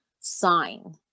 sign